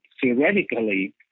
theoretically